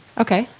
okay,